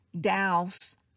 douse